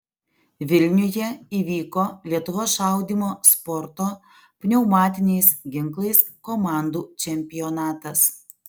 vilniuje įvyko lietuvos šaudymo sporto pneumatiniais ginklais komandų čempionatas